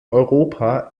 europa